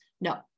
No